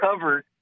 covered